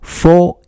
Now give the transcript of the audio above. four